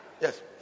Yes